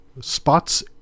Spots